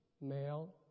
male